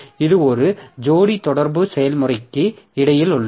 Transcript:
இது ஒரு ஜோடி தொடர்பு செயல்முறைக்கு இடையில் உள்ளது